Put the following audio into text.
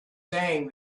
saying